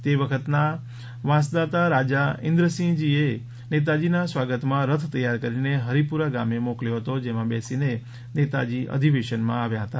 તે વખતનાં વાંસદાતા રાજા ઇન્દ્રસિંહજીએ નેતાજીના સ્વાગતમાં રથ તૈયાર કરીને હરિપુરા ગામે મોકલ્યો હતો જેમાં બેસીને નેતાજી અધિવેશનમાં આપ્યા હતા